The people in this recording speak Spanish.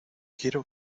quiero